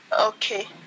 Okay